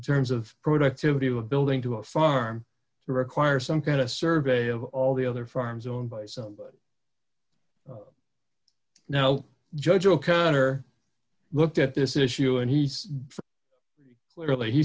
terms of productivity of a building to a farm to require some kind of survey of all the other farms own by now judge o'connor looked at this issue and he's clearly he